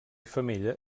femella